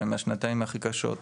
שהם השנתיים הכי קשות,